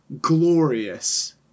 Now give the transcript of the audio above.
glorious